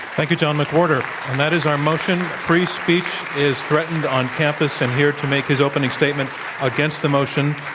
thank you, john mcwhorter. and that is our motion, free speech is threatened on campus. and here to make his opening statement against the motion,